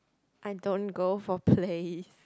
I don't go for play